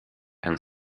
and